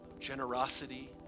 generosity